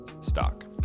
Stock